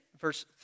verse